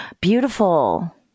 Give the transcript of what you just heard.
Beautiful